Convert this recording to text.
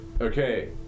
Okay